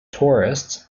tourists